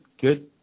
good